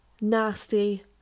nasty